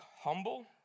humble